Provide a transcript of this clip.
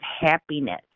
happiness